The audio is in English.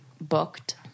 booked